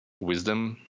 wisdom